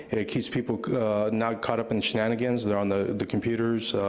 it keeps people not caught up in shenanigans. they're on the the computers,